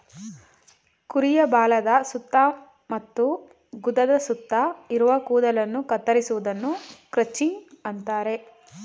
ಕುರಿಯ ಬಾಲದ ಸುತ್ತ ಮತ್ತು ಗುದದ ಸುತ್ತ ಇರುವ ಕೂದಲನ್ನು ಕತ್ತರಿಸುವುದನ್ನು ಕ್ರಚಿಂಗ್ ಅಂತರೆ